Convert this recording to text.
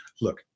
look